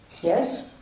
Yes